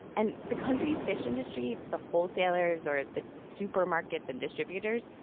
and the country's fish industry the wholesalers or the supermarkets and distributors,